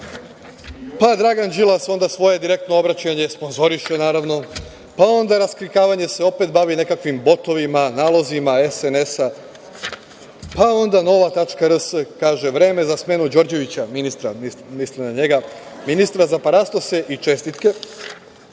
Pa, Dragan Đilas, onda svoje direktno obraćanje sponzoriše naravno, pa onda raskrinkavanje se opet bavi nekakvim botovima, nalozima SNS-a. Pa, onda „Nova.rs“ kaže: „Vreme za smenu Đorđevića“, ministra, misli